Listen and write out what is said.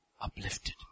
Uplifted